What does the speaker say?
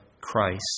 Christ